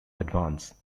advance